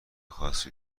خاصی